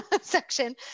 section